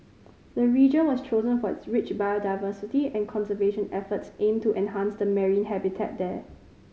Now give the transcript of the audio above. the region was chosen for its rich biodiversity and conservation efforts aim to enhance the marine habitat there